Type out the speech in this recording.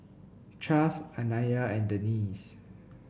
Chas Anaya and Denise